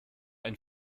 ein